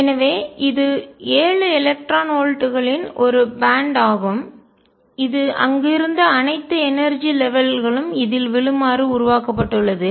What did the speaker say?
எனவே இது ஏழு எலக்ட்ரான் வோல்ட்டுகளின் ஒரு பேன்ட் பட்டை ஆகும் இது அங்கு இருந்த அனைத்து எனர்ஜி லெவல் ஆற்றல் மட்டங்கள் களும் இதில் விழும்மாறு உருவாக்கப்பட்டுள்ளது